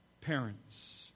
parents